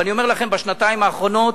ואני אומר לכם, בשנתיים האחרונות,